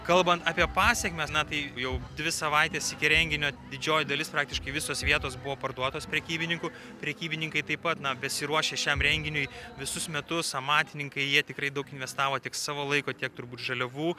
kalbant apie pasekmes na tai jau dvi savaites iki renginio didžioji dalis praktiškai visos vietos buvo parduotos prekybininkų prekybininkai taip pat na besiruošę šiam renginiui visus metus amatininkai jie tikrai daug investavo tik savo laiko tiek turbūt žaliavų